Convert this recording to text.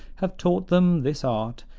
have taught them this art,